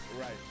Right